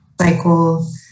cycle